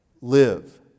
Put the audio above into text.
live